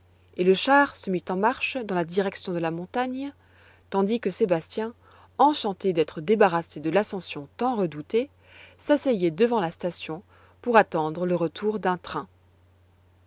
et le char se mit en marche dans la direction de la montagne tandis que sébastien enchanté d'être débarrassé de l'ascension tant redoutée s'asseyait devant la station pour attendre le retour d'un train